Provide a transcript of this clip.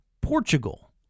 portugal